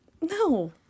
No